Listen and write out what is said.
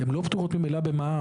הן לא פטורות ממילא במע"מ.